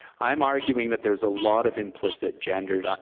i'm arguing that there's a lot of implicit gendered